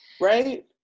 right